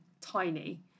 tiny